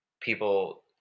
people